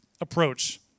approach